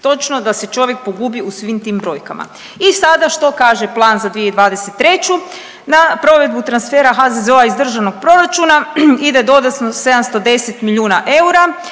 točno da se čovjek pogubi u svim tim brojkama. I sada što kaže plan za 2023., na provedbu transfera HZZO-a iz državnog proračuna ide dodatno 710 milijuna eura